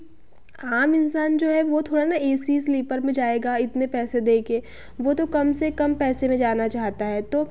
आम इंसान जो है वह थोड़े ना ए सी स्लीपर में जाएगा इतने पैसे देकर वह तो कम से कम पैसे में जाना चाहता है तो